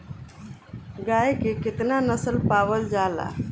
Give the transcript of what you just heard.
गाय के केतना नस्ल पावल जाला?